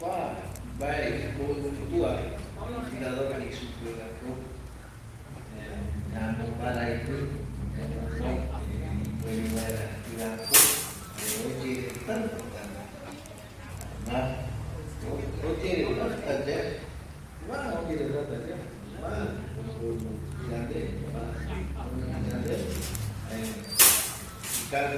Kua mbae imboivitua jaeko ventilador jei supevako eh yamombaraiki ñañono eh ipuere vaera jiapu jare oyere täta rupi, jaema oyere täta yae ma oyere täta yae mavi omboivitu yande, mavi omo roija yande, jaera kua ikavi